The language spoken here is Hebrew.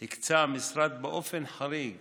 הקצה המשרד באופן חריג